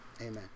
amen